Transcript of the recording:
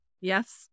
Yes